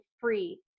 free